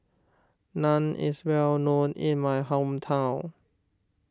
Naan is well known in my hometown